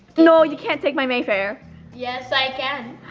no you can take my mayfair yes i can.